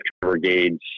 brigades